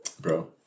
bro